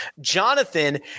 Jonathan